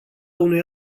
unui